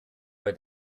bei